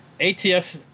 ATF